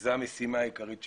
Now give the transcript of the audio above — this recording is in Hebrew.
וזו המשימה העיקרית שלנו.